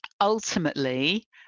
Ultimately